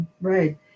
Right